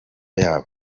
yabo